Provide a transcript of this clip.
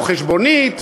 או חשבונית.